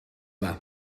yma